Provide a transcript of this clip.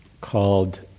called